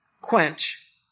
quench